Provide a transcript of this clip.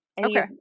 Okay